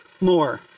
More